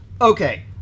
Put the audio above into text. Okay